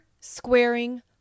squaring